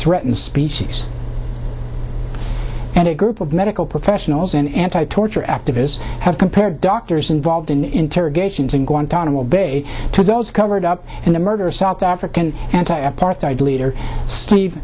threatened species and a group of medical professionals in anti torture activists have compared doctors involved in interrogations in guantanamo bay to those covered up in the murder of south african anti apartheid leader steve